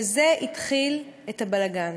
וזה התחיל את הבלגן